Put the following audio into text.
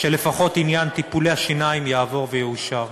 שלפחות עניין טיפולי השיניים יעבור ויאושר.